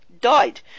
died